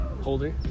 holder